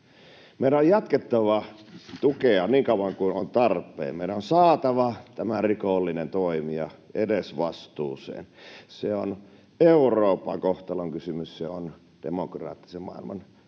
Meidän on jatkettava tukea niin kauan kuin on tarpeen. Meidän on saatava tämä rikollinen toimija edesvastuuseen. Se on Euroopan kohtalonkysymys, se on demokraattisen maailman kohtalonkysymys.